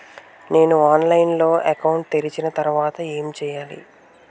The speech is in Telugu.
నేను ఆన్లైన్ లో అకౌంట్ తెరిచిన తర్వాత ఏం చేయాలి?